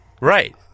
Right